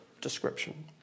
description